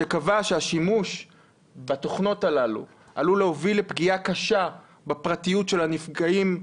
שקבע שהשימוש בתוכנות הללו עלול להוביל לפגיעה קשה בפרטיות של הנפגעים,